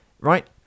right